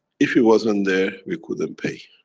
if it wasn't there we couldn't pay.